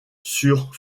sur